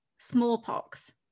smallpox